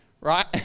right